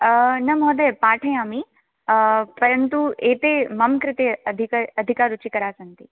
न महोदय पाठयामि परन्तु एते मम कृते अधिक अधिकाः रुचिकराः सन्ति